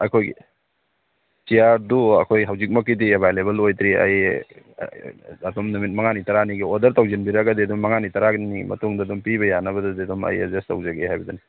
ꯑꯩꯈꯣꯏ ꯆꯤꯌꯥꯔꯗꯨ ꯑꯩꯈꯣꯏ ꯍꯧꯖꯤꯛꯃꯛꯀꯤꯗꯤ ꯑꯦꯕꯥꯏꯂꯦꯕꯜ ꯑꯣꯏꯗ꯭ꯔꯤ ꯑꯩ ꯑꯗꯨꯝ ꯅꯨꯃꯤꯠ ꯃꯉꯥꯅꯤ ꯇꯔꯥꯅꯤꯒꯤ ꯑꯣꯗꯔ ꯇꯧꯁꯤꯟꯕꯤꯔꯒꯗꯤ ꯑꯗꯨꯝ ꯃꯉꯥꯅꯤ ꯇꯔꯥꯅꯤꯒꯤ ꯃꯇꯨꯡꯗ ꯑꯗꯨꯝ ꯄꯤꯕ ꯌꯥꯅꯕꯗꯗꯤ ꯑꯗꯨꯃ ꯑꯩ ꯑꯦꯖꯁ ꯇꯧꯖꯒꯦ ꯍꯥꯏꯕꯗꯨꯅꯤ